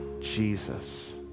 Jesus